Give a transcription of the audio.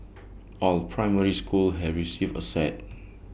all primary schools have received A set